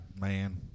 Man